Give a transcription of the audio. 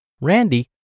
Randy